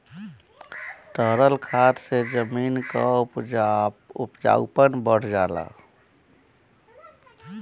तरल खाद से जमीन क उपजाऊपन बढ़ जाला